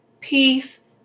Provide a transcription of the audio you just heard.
peace